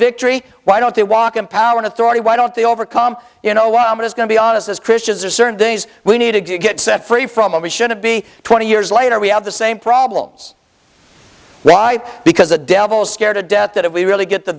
victory why don't they walk in power and authority why don't they overcome you know aman is going to be honest as christians are certain days we need to get set free from and we shouldn't be twenty years later we have the same problems right because the devil scared to death that if we really get the